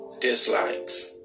dislikes